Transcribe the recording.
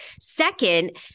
Second